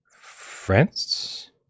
France